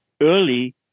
early